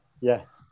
Yes